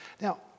Now